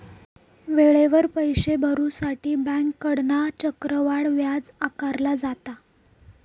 वेळेवर पैशे भरुसाठी बँकेकडना चक्रवाढ व्याज आकारला जाता